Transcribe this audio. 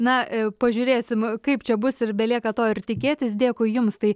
na pažiūrėsim kaip čia bus ir belieka to ir tikėtis dėkui jums tai